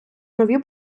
нові